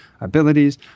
abilities